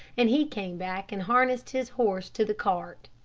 and he came back and harnessed his horse to the cart.